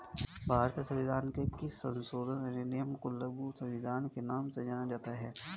भारतीय संविधान के किस संशोधन अधिनियम को लघु संविधान के नाम से जाना जाता है?